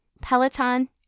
Peloton